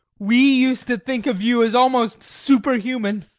we used to think of you as almost superhuman,